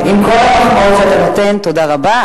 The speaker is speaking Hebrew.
על כל המחמאות שאתה נותן תודה רבה,